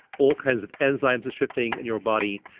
all kinds of enzymes are shifting in your body.